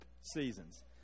seasons